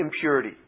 impurity